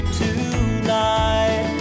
tonight